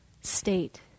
state